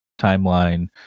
timeline